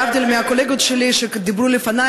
להבדיל מהקולגות שלי שדיברו לפני,